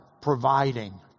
providing